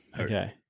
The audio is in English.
Okay